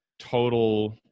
total